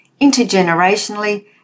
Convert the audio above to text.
intergenerationally